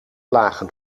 lagen